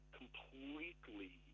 completely